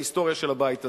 בהיסטוריה של הבית הזה.